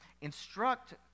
Instruct